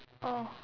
oh